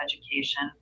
education